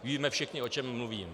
Víme všichni, o čem mluvím.